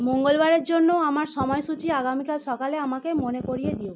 মঙ্গলবারের জন্য আমার সময়সূচী আগামীকাল সকালে আমাকে মনে করিয়ে দিও